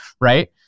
Right